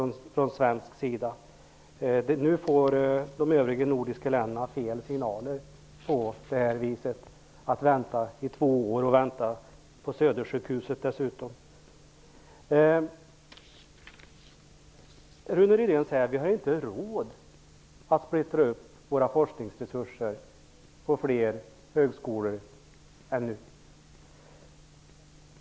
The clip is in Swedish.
Nu får de övriga nordiska länderna fel signaler, dvs. att vänta två år -- och dessutom på Rune Rydén säger att vi inte har råd att splittra upp våra forskningsresurser på fler högskolor än nu.